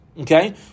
okay